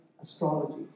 astrology